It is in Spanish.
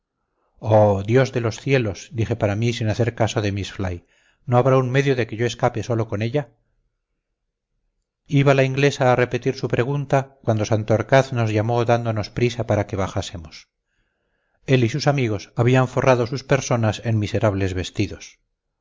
oh dios de los cielos dije para mí sin hacer caso de miss fly no habrá un medio de que yo escape solo con ella iba la inglesa a repetir su pregunta cuando santorcaz nos llamó dándonos prisa para que bajásemos él y sus amigos habían forrado sus personas en miserables vestidos